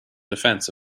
defense